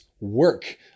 work